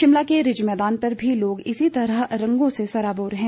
शिमला के रिज मैदान पर भी लोग इसी तरह रंगों से सराबोर है